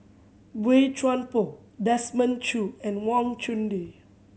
Boey Chuan Poh Desmond Choo and Wang Chunde